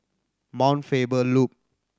Mount Faber Loop